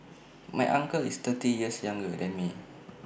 my uncle is thirty years younger than me